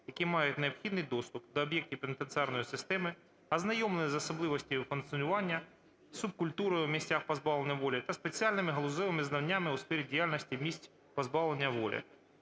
які мають необхідний доступ до об'єктів пенітенціарної системи, ознайомлені з особливостями функціонування, субкультурою в місцях позбавлення волі та спеціальними галузевими знаннями у сфері діяльності місць позбавлення волі.